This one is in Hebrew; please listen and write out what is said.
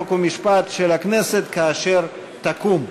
חוק ומשפט של הכנסת כאשר תקום.